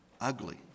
ugly